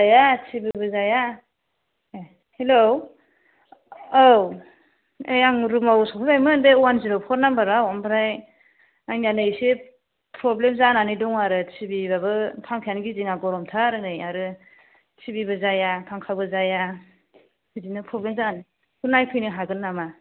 जाया टिभिबो जाया ए हेल' औ ए आं रुमाव सफैबायमोन बे अवान जिर' पर नामबाराव ओमफ्राय आंनिया नै एसे प्रब्लेम जानानै दङ आरो टिभियाबो फांखायानो गिदिङा गरमथार नै आरो टिभिबो जाया फांखाबो जाया बिदिनो प्रब्लेम जानानै बेखौ नायफैनो हागोन नामा